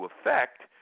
effect